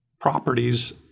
properties